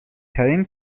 ترین